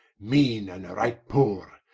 meane and right poore,